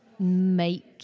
make